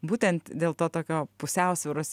būtent dėl to tokio pusiausvyros